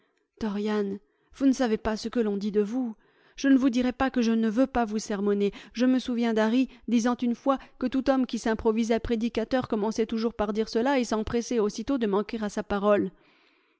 vous ne savez pas ce que l'on dit de vous je ne vous dirai pas que je ne veux pas vous sermonner je me souviens d'harry disant une fois que tout homme qui s'improvisait prédicateur commençait toujours par dire cela et s'empressait aussitôt de manquer à sa parole